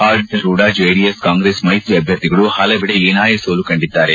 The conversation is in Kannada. ಆಡಳಿತಾರೂಢ ಜೆಡಿಎಸ್ ಕಾಂಗ್ರೆಸ್ ಮೈತ್ರಿ ಅಭ್ವರ್ಥಿಗಳು ಹಲವೆಡೆ ಹೀನಾಯ ಸೋಲು ಕಂಡಿದ್ದಾರೆ